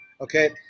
Okay